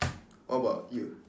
what about you